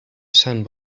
son